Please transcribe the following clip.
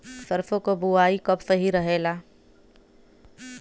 सरसों क बुवाई कब सही रहेला?